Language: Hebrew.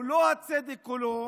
זהו לא הצדק כולו,